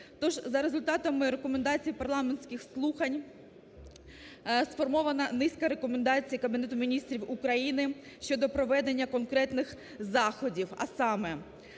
тож за результатами рекомендацій парламентських слухань сформована низка рекомендацій Кабінету Міністрів України щодо проведення конкретних заходів. А саме: